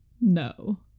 No